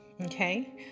Okay